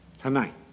Tonight